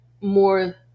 more